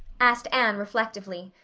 asked anne reflectively,